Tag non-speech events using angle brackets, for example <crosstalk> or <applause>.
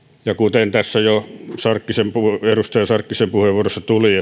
ja kuten tässä jo edustaja sarkkisen puheenvuorossa tuli <unintelligible>